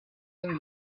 and